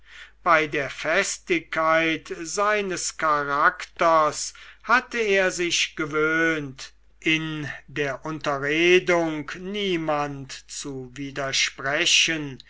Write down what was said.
bei der festigkeit seines charakters hatte er sich gewöhnt in der unterredung niemand zu widersprechen